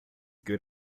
good